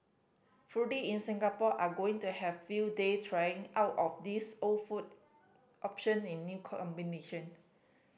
in Singapore are going to have a field day trying out of these old food option in new combination